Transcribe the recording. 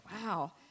wow